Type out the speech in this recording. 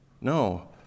No